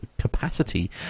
capacity